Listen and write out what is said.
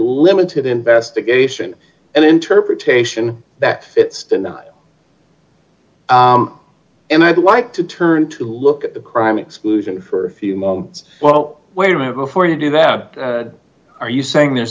limited investigation and interpretation that it's not and i'd like to turn to look at the crime exclusion d for a few moments well wait a minute before you do that are you saying there's